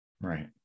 Right